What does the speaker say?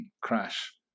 crash